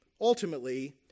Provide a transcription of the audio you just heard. ultimately